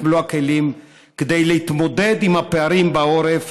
מלוא הכלים כדי להתמודד עם הפערים בעורף,